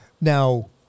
Now